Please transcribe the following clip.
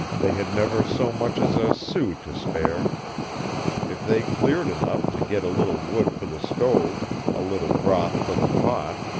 they had never so much as a sou to spare if they cleared enough to get a little wood for the stove, a little broth for the pot,